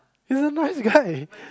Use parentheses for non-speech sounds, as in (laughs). he's a nice guy (laughs)